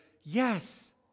yes